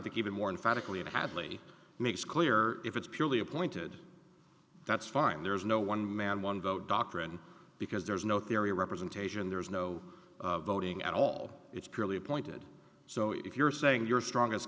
think even more in fact leave hadley makes clear if it's purely appointed that's fine there's no one man one vote doctrine because there's no theory representation there's no voting at all it's purely appointed so if you're saying your strongest